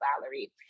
Valerie